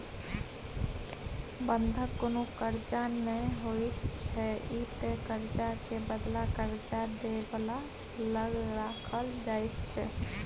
बंधक कुनु कर्जा नै होइत छै ई त कर्जा के बदला कर्जा दे बला लग राखल जाइत छै